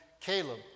Caleb